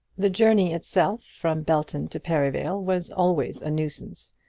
the journey itself from belton to perivale was always a nuisance,